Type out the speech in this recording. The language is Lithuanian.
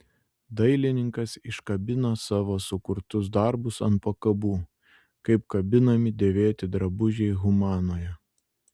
dailininkas iškabina savo sukurtus darbus ant pakabų kaip kabinami dėvėti drabužiai humanoje